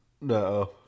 No